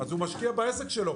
הוא משקיע בעסק שלו.